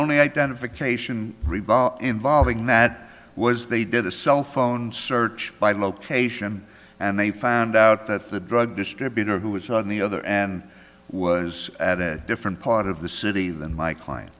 only identification revolve involving that was they did a cell phone search by location and they found out that the drug distributor who was on the other and was at a different part of the city than my client